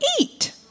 eat